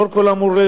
לאור כל האמור לעיל,